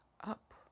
up